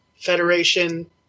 Federation